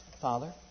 Father